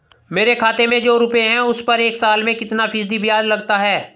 मेरे खाते में जो रुपये हैं उस पर एक साल में कितना फ़ीसदी ब्याज लगता है?